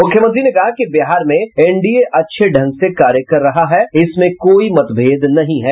मुख्यमंत्री ने कहा कि बिहार में एनडीए अच्छे ढंग से कार्य कर रहा है इसमें कोई मतभेद नहीं है